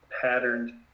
patterned